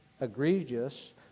egregious